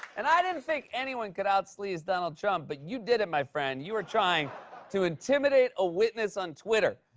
and i didn't think anyone could outsleaze donald trump, but you did it, my friend. you were trying to intimidate a witness on twitter.